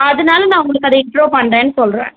அதனால நான் உங்களுக்கு அதை இன்ட்ரோ பண்ணுறேன்னு சொல்கிறேன்